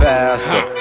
Faster